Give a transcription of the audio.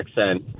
accent